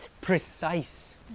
precise